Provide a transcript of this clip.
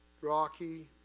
rocky